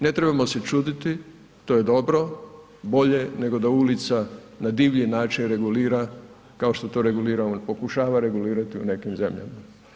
Ne trebamo se čuditi, to je dobro, bolje nego da ulica na divlji način regulira kao što to regulira, pokušava regulirati u nekim zemljama.